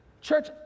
Church